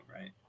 right